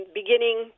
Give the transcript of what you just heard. beginning